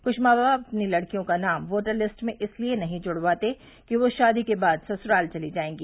कुछ मौ बाप अपनी लड़कियों का नाम वोटर लिस्ट में इसलिए नहीं जुड़वाते कि वह शादी के बाद ससुराल चली जायेंगी